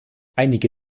einige